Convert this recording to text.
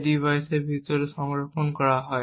যা ডিভাইসের ভিতরে সংরক্ষণ করা হয়